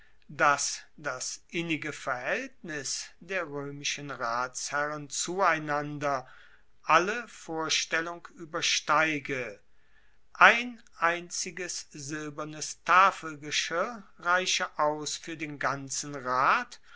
dass das innige verhaeltnis der roemischen ratsherren zueinander alle vorstellung uebersteige ein einziges silbernes tafelgeschirr reiche aus fuer den ganzen rat